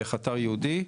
דרך אתר ייעודי.